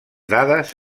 dades